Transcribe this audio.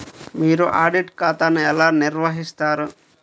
మీరు ఆడిట్ ఖాతాను ఎలా నిర్వహిస్తారు?